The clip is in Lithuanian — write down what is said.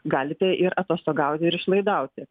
galite ir atostogauti ir išlaidauti